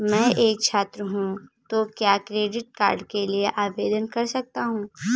मैं एक छात्र हूँ तो क्या क्रेडिट कार्ड के लिए आवेदन कर सकता हूँ?